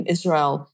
Israel